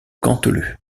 canteleu